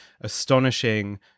astonishing